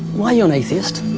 why are you an atheist?